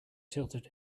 tilted